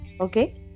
Okay